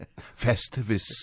Festivus